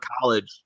college